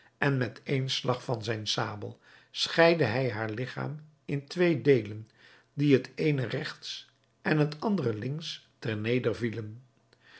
en met één slag van zijne sabel scheidde hij haar ligchaam in twee deelen die het eene regts het andere links ter neder